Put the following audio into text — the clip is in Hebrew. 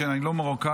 אני לא מרוקאי,